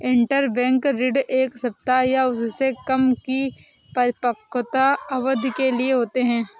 interbank ऋण एक सप्ताह या उससे कम की परिपक्वता अवधि के लिए होते हैं